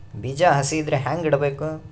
ಬೀಜ ಹಸಿ ಇದ್ರ ಹ್ಯಾಂಗ್ ಇಡಬೇಕು?